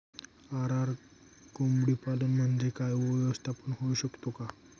RR कोंबडीपालन म्हणजे काय? हा व्यवसाय होऊ शकतो का?